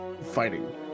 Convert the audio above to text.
fighting